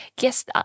Yes